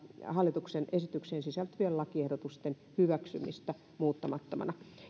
hallituksen esitykseen sisältyvien lakiehdotusten hyväksymistä muuttamattomana